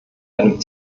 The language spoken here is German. einem